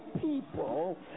people